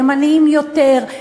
ימניים יותר,